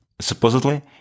supposedly